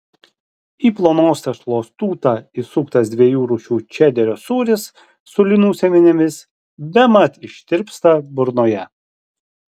į plonos tešlos tūtą įsuktas dviejų rūšių čederio sūris su linų sėmenimis bemat ištirpsta burnoje